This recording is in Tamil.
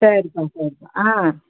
சரிப்பா சரிப்பா ஆ